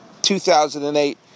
2008